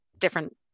different